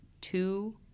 two